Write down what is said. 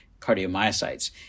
cardiomyocytes